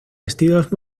estilos